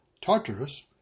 Tartarus